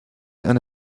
eine